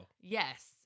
Yes